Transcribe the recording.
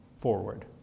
forward